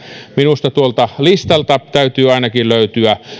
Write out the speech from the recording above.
minusta tuolta listalta täytyy löytyä